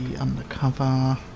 Undercover